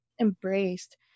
embraced